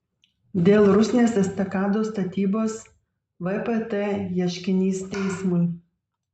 dėl rusnės estakados statybos vpt ieškinys teismui